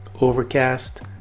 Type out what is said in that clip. Overcast